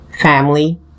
family